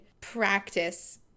practice